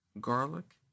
garlic